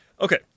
Okay